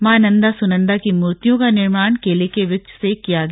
मां नंदा सुनंदा की मूर्तियों का निर्माण केले के वृक्ष से किया गया